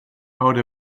out